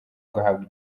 agahabwa